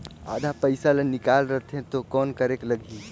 आधा पइसा ला निकाल रतें तो कौन करेके लगही?